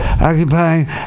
occupying